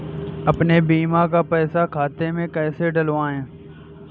अपने बीमा का पैसा खाते में कैसे डलवाए?